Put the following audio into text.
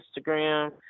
Instagram